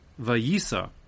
vayisa